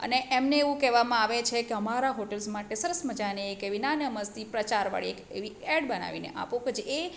અને એમને એવું કહેવામાં આવે છે કે અમારા હોટલ્સ માટે સરસ મજાની એક એવી નાની અમસ્તી પ્રચારવાળી એક એવી એડ બનાવીને આપો કે જે એ